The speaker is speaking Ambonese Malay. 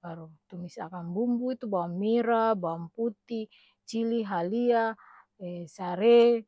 baru tumis akang bumbu tu baw'ng mera, baw'ng puti, cili, halia, ee sare.